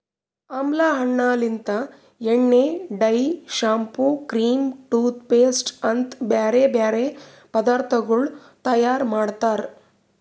ಆಮ್ಲಾ ಹಣ್ಣ ಲಿಂತ್ ಎಣ್ಣೆ, dye, shampoo, cream, toothpaste ಅಂತ್ ಬ್ಯಾರೆ ಬ್ಯಾರೆ ಪದಾರ್ಥಗೊಳ್ ತೈಯಾರ್ ಮಾಡ್ತಾರ್